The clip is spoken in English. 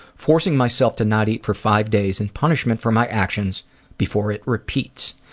forcing myself to not eat for five days and punishment for my actions before it repeats.